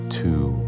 two